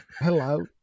hello